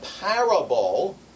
parable